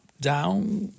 down